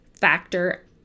factor